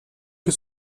que